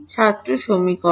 ছাত্র সমীকরণ